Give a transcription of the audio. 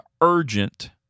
urgent